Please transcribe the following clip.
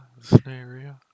scenario